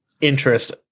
interest